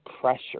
pressure